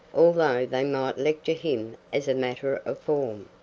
although they might lecture him as a matter of form.